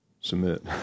submit